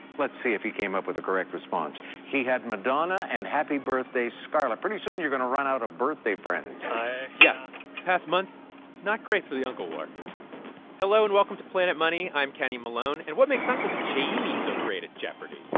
let's see if he came up with a correct response. he had madonna and happy birthday, scarlett. pretty soon, you're going to run out of birthday friends yeah, the past month not great for the uncle war hello, and welcome to planet money. i'm kenny malone. and what makes uncle jamie so great at jeopardy?